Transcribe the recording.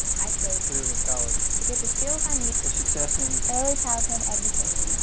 i chose three rivers college to get the skills i need for success in early childhood education,